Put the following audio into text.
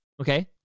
Okay